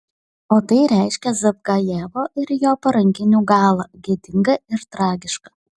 o tai reiškia zavgajevo ir jo parankinių galą gėdingą ir tragišką